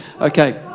Okay